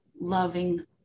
loving